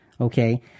okay